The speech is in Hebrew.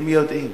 הם יודעים.